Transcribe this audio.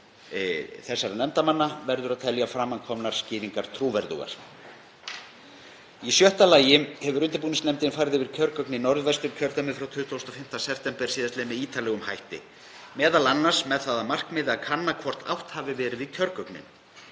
Að mati undirritaðra verður að telja framkomnar skýringar trúverðugar. Í sjötta lagi hefur undirbúningsnefndin farið yfir kjörgögn í Norðvesturkjördæmi frá 25. september síðastliðnum með ítarlegum hætti, m.a. með það að markmiði að kanna hvort átt hafi verið við kjörgögnin.